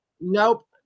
Nope